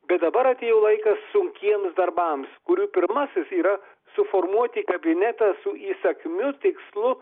bet dabar atėjo laikas sunkiems darbams kurių pirmasis yra suformuoti kabinetą su įsakmiu tikslu